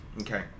Okay